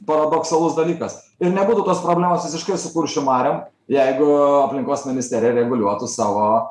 paradoksalus dalykas ir nebūtų tos problemos visiška su kuršių mariom jeigu aplinkos ministerija reguliuotų savo